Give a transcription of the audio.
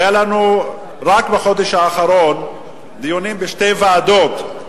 היו לנו רק בחודש האחרון דיונים בשתי ועדות,